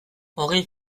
hogei